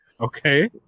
Okay